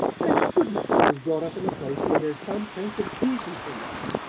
thank goodness i was brought up in a place where there's some sense of decency left!